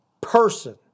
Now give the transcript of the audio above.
person